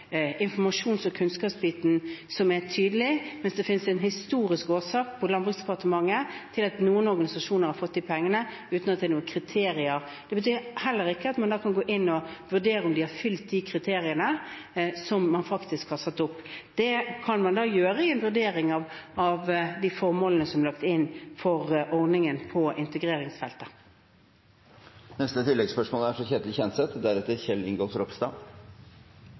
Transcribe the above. kunnskapsbiten som er tydelig, mens det finnes en historisk årsak for Landbruks- og matdepartementet til at noen organisasjoner har fått penger uten at det er noen kriterier. Det betyr også at man ikke kan gå inn og vurdere om de har oppfylt de kriteriene som man faktisk har satt opp. Det kan man gjøre i en vurdering av de formålene som er lagt inn for ordningen på integreringsfeltet.